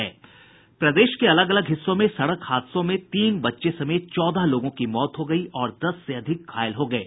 प्रदेश के अलग अलग हिस्सों में सड़क हादसे में तीन बच्चे समेत चौदह लोगों की मौत हो गयी और दस से अधिक घायल हो गये